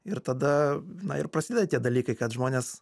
ir tada na ir prasideda tie dalykai kad žmonės